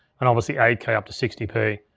and obviously, eight k up to sixty p.